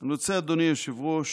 אני רוצה, אדוני היושב-ראש,